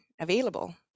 available